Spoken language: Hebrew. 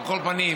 על כל פנים,